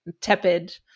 tepid